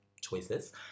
choices